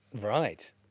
Right